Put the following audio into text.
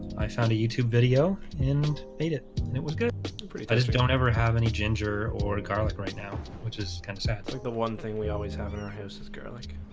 i found a youtube video and made it it was good i just don't ever have any ginger or garlic right now, which is kind of sad like the one thing we always have in our house is garlic